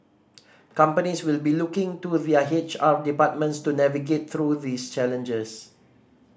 companies will be looking to their H R departments to navigate through these challenges